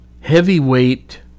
heavyweight